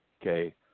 Okay